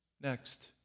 Next